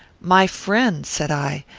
my friend, said i,